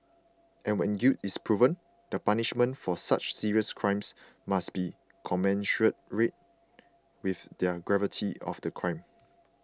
and when guilt is proven the punishment for such serious crimes must be commensurate with the gravity of the crime